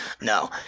no